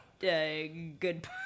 good